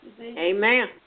Amen